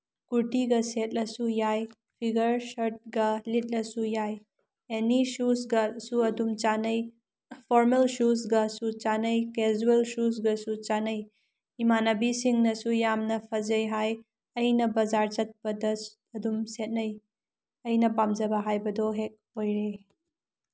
ꯀꯨꯔꯇꯤꯒ ꯁꯦꯠꯂꯁꯨ ꯌꯥꯏ ꯐꯤꯒꯔ ꯁꯔꯠꯀ ꯂꯤꯠꯂꯁꯨ ꯌꯥꯏ ꯑꯦꯅꯤ ꯁꯨꯁꯀꯁꯨ ꯑꯗꯨꯝ ꯆꯥꯅꯩ ꯐꯣꯔꯃꯦꯜ ꯁꯨꯁꯀꯁꯨ ꯆꯥꯅꯩ ꯀꯦꯖ꯭ꯋꯦꯜ ꯁꯨꯁꯀꯁꯨ ꯆꯥꯅꯩ ꯏꯃꯥꯟꯅꯕꯤꯁꯤꯡꯅꯁꯨ ꯌꯥꯝꯅ ꯐꯖꯩ ꯍꯥꯏ ꯑꯩꯅ ꯕꯖꯥꯔ ꯆꯠꯄꯗ ꯑꯗꯨꯝ ꯁꯦꯠꯅꯩ ꯑꯩꯅ ꯄꯥꯝꯖꯕ ꯍꯥꯏꯕꯗꯨ ꯍꯦꯛ ꯑꯣꯏꯔꯦ